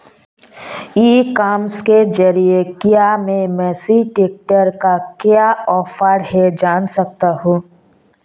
ई commerce के ज़रिए क्या मैं मेसी ट्रैक्टर का क्या ऑफर है जान सकता हूँ?